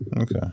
Okay